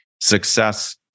success